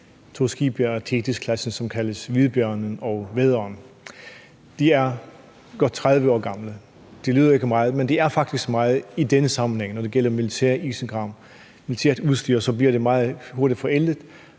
to skibe af Thetis-klassen, som kaldes Hvidbjørnen og Vædderen; de er godt 30 år gamle. Det lyder ikke af meget, men det er faktisk meget i denne sammenhæng, altså når det gælder militært isenkram, militært udstyr, for det bliver meget hurtigt forældet.